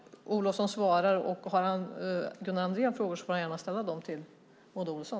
Olofsson besvarar den. Har Gunnar Andrén frågor får han gärna ställa dem till Maud Olofsson.